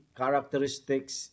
characteristics